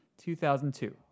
2002